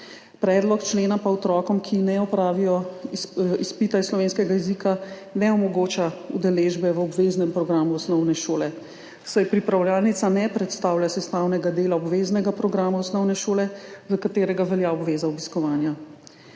Predlog člena pa otrokom, ki ne opravijo izpita iz slovenskega jezika, ne omogoča udeležbe v obveznem programu osnovne šole, saj pripravljalnica ne predstavlja sestavnega dela obveznega programa osnovne šole, za katerega velja obveza obiskovanja.